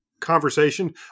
conversation